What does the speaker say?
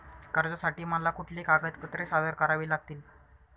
कर्जासाठी मला कुठली कागदपत्रे सादर करावी लागतील?